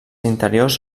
interiors